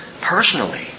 personally